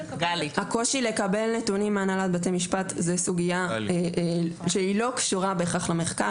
הקושי לקבל נתונים מהנהלת בתי משפט זה סוגיה שהיא לא קשורה בהכרח למחקר,